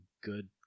good